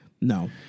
no